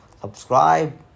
subscribe